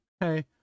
hey